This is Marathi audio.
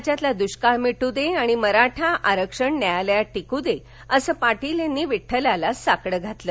राज्यातला दुष्काळ मिट्र दे आणि मराठा आरक्षण न्यायालयात टिकू दे असं साकड पाटील यांनी विड्ठलाच्या चरणी घातलं